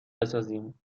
بسازیم